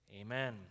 amen